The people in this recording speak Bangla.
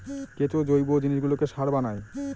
কেঁচো জৈব জিনিসগুলোকে সার বানায়